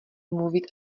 mluvit